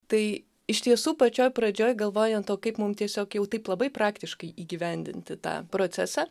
tai iš tiesų pačioj pradžioj galvojant o kaip mum tiesiog jau taip labai praktiškai įgyvendinti tą procesą